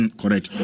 correct